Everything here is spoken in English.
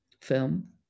film